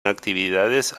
actividades